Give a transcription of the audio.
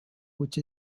which